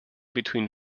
between